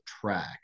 track